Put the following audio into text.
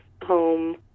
home